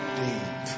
deep